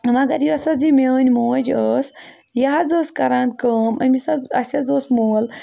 مگر یۄس حظ یہِ میٲنۍ موج ٲس یہِ حظ ٲس کران کٲم أمِس حظ اَسہِ حظ اوس مول